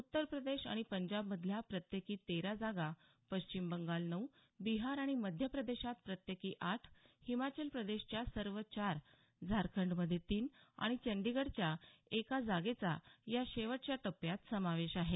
उत्तरप्रदेश आणि पंजाबमधल्या प्रत्येकी तेरा जागा पश्चिम बंगाल नऊ बिहार आणि मध्य प्रदेशात प्रत्येकी आठ हिमाचल प्रदेशच्या सर्व चार झारखंडमधे तीन आणि चंडीगढच्या एका जागेचा या शेवटच्या टप्प्यात समावेश आहे